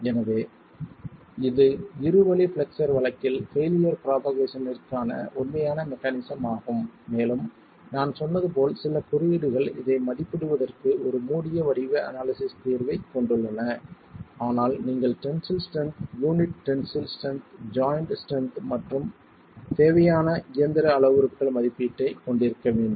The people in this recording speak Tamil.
எனவே இது இருவழி பிளெக்ஸ்ஸர் வழக்கில் ஃபெயிலியர் புரோபகேஷன்ற்கான உண்மையான மெக்கானிசம் ஆகும் மேலும் நான் சொன்னது போல் சில குறியீடுகள் இதை மதிப்பிடுவதற்கு ஒரு மூடிய வடிவ அனாலிசிஸ் தீர்வைக் கொண்டுள்ளன ஆனால் நீங்கள் tensile strength unit tensile strength joint strength மற்றும் தேவையான இயந்திர அளவுருக்கள் மதிப்பீட்டைக் கொண்டிருக்க வேண்டும்